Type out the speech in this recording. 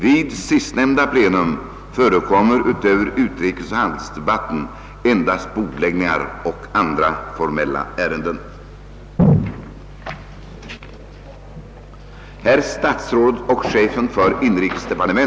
Vid sistnämnda plenum förekommer utöver utrikesoch handelsdebatten endast bordläggningar och andra formella ärenden.